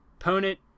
opponent